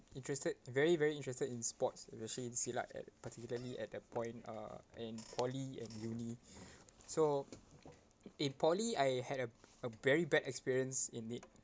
interested very very interested in sports especially in silat at particularly at that point uh in poly and uni so in poly I had a a very bad experience in it